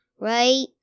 right